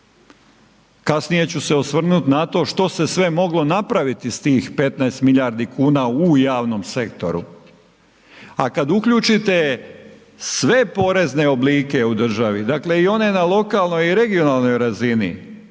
Kasnije ću se osvrnuti na to što se sve moglo napraviti s tih 15 milijardi kuna u javnom sektoru. A kada uključite sve porezne oblike u državi, dakle i one na lokalnoj i regionalnoj razini,